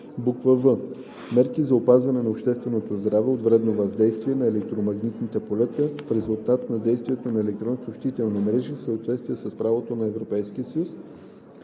49в; в) мерки за опазване на общественото здраве от вредното въздействие на електромагнитните полета в резултат на действието на електронни съобщителни мрежи в съответствие с правото на Европейския съюз,